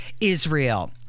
Israel